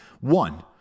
One